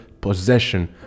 possession